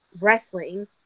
wrestling